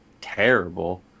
terrible